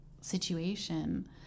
situation